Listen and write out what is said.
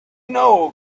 know